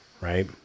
right